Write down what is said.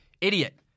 idiot